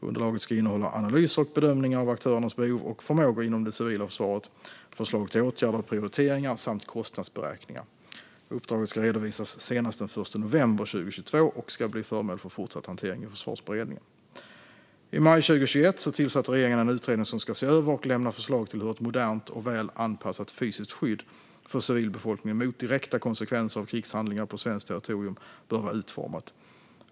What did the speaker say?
Underlaget ska innehålla analyser och bedömningar av aktörernas behov och förmågor inom det civila försvaret, förslag till åtgärder och prioriteringar samt kostnadsberäkningar. Uppdraget ska redovisas senast den 1 november 2022 och ska bli föremål för fortsatt hantering i Försvarsberedningen. I maj 2021 tillsatte regeringen en utredning som ska se över och lämna förslag till hur ett modernt och väl anpassat fysiskt skydd för civilbefolkningen mot direkta konsekvenser av krigshandlingar på svenskt territorium bör vara utformat.